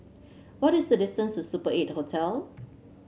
what is the distance to Super Eight Hotel